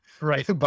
Right